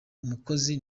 umukozi